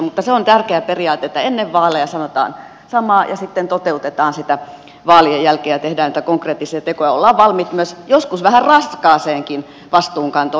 mutta se on tärkeä periaate että ennen vaaleja sanotaan samaa ja sitten toteutetaan sitä vaalien jälkeen ja tehdään niitä konkreettisia tekoja ollaan valmiit myös joskus vähän raskaaseenkin vastuunkantoon